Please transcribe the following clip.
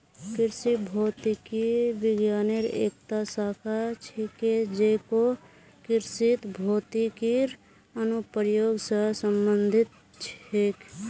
कृषि भौतिकी विज्ञानेर एकता शाखा छिके जेको कृषित भौतिकीर अनुप्रयोग स संबंधित छेक